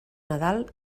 nadal